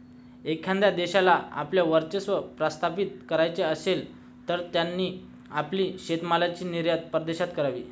एखाद्या देशाला आपले वर्चस्व प्रस्थापित करायचे असेल, तर त्यांनी आपली शेतीमालाची निर्यात परदेशात करावी